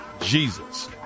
Jesus